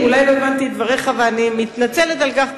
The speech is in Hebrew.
אולי לא הבנתי את דבריך ואני מתנצלת על כך.